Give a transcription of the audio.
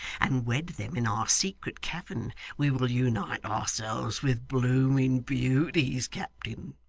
and wed them in our secret cavern. we will unite ourselves with blooming beauties, captain